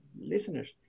listeners